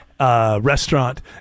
Restaurant